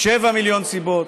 שבעה מיליון סיבות,